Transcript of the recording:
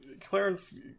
Clarence